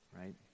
right